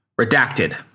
Redacted